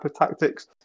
tactics